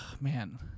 Man